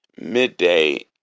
midday